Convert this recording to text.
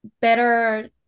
better